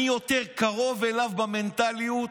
אני יותר קרוב אליו במנטליות